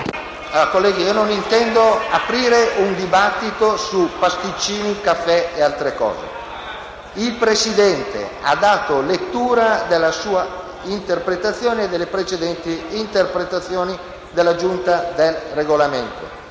Colleghi, non intendo aprire un dibattito su pasticcini, caffè e altre cose. Il Presidente ha dato lettura della sua interpretazione e delle precedenti interpretazioni della Giunta per il Regolamento.